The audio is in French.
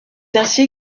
ainsi